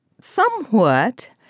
Somewhat